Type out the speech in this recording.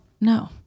No